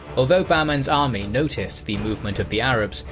although bahman's army noticed the movement of the arabs,